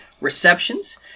receptions